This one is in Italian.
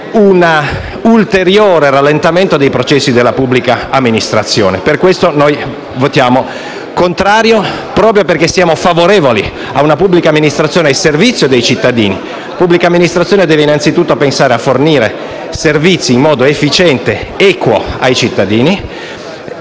un ulteriore rallentamento dei processi della pubblica amministrazione. Per questa ragione, esprimiamo un voto contrario al disegno di legge all'esame, proprio perché siamo favorevoli a una pubblica amministrazione al servizio dei cittadini. La pubblica amministrazione deve anzitutto pensare a fornire servizi in modo efficiente ed equo ai cittadini,